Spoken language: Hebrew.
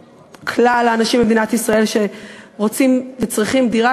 וכלל האנשים במדינת ישראל שרוצים וצריכים דירה,